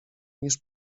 niż